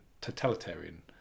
totalitarian